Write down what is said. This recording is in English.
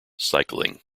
cycling